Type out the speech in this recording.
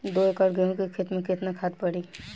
दो एकड़ गेहूँ के खेत मे केतना खाद पड़ी?